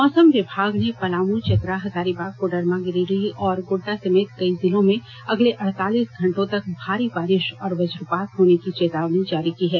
मौसम विभाग ने पलाम चतरा हजारीबाग कोडरमा गिरिडीह और गोड़डा समेत कई जिलों में अगले अडतालीस घंटों तक भारी बारिष और वज्रपात होने की चेतावनी जारी की है